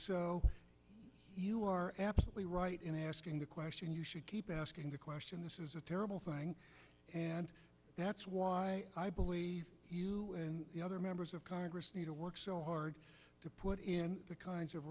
so you are absolutely right in asking the question you should keep asking the question this is a terrible thing and that's why i believe other members of congress need to work so hard to put in the kinds of